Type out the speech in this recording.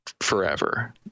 forever